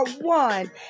one